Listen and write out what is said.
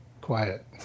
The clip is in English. quiet